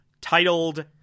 titled